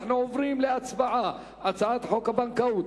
אנחנו עוברים להצבעה על הצעת חוק הבנקאות